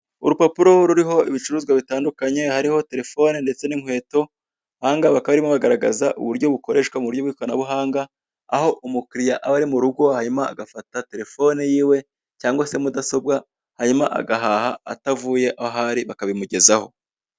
Urupapuro ruriho ibicuruzwa bitandukanye, hariho telefone ndetse n'inkweto, aha ngaha bakaba barimo bagaragaza uburyo bukoreshwa mu buryo bw'ikoranabuhanga, aho umukiriya ari mu rugo hanyuma agafata telefone yiwe cyangwa se mudasobwa hanyuma agahaha atavuye aho ari hanyuma bakabimugezaho.